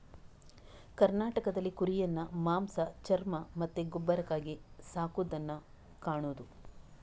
ಕರ್ನಾಟಕದಲ್ಲಿ ಕುರಿಯನ್ನ ಮಾಂಸ, ಚರ್ಮ ಮತ್ತೆ ಗೊಬ್ಬರಕ್ಕಾಗಿ ಸಾಕುದನ್ನ ಕಾಣುದು